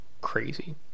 crazy